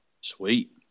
sweet